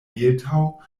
mehltau